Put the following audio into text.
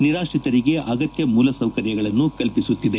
ನಿರಾತ್ರಿತರಿಗೆ ಅಗತ್ಯ ಮೂಲಸೌಕರ್ಯಗಳನ್ನು ಕಲ್ಪಿಸುತ್ತಿದೆ